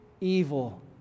evil